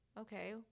okay